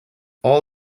all